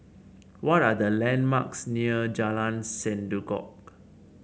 what are the landmarks near Jalan Sendudok